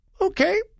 okay